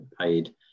paid